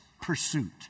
Pursuit